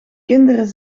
kinderen